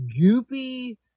goopy